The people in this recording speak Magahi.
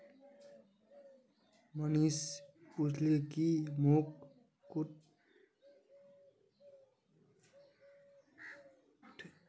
मनीष पूछले की मोक कुक्कुट पालनेर कठिनाइर बार छेक